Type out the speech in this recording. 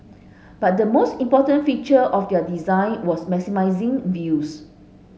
but the most important feature of their design was maximising views